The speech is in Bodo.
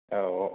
औ औ